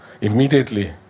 immediately